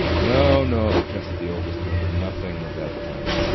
no, no, protested the oldest member. nothing of that kind.